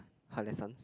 her lessons